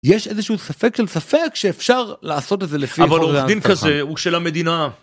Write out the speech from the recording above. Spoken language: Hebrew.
יש איזשהו ספק של ספק שאפשר לעשות את זה לפי... -אבל עורך דין כזה הוא של המדינה.